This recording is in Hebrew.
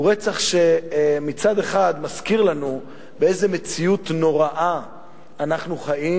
הוא רצח שמצד אחד מזכיר לנו באיזו מציאות נוראה אנחנו חיים,